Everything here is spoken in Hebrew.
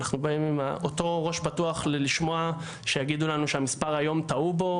אנחנו באים עם אותו ראש פתוח לשמוע שיגידו לנו שהמספר היום טעו בו,